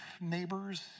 neighbors